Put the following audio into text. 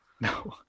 No